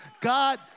God